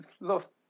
lost